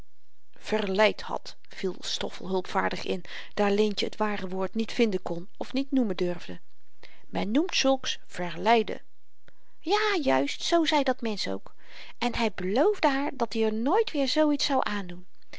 verleid had viel stoffel hulpvaardig in daar leentje t ware woord niet vinden kon of niet noemen durfde men noemt zulks verleiden ja juist zoo zei dat mensch ook en hy beloofde haar dat-i r nooit weer zoo iets zou aandoen